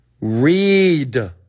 read